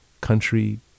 country